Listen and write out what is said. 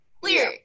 Clear